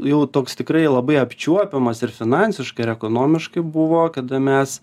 jau toks tikrai labai apčiuopiamas ir finansiškai ir ekonomiškai buvo kada mes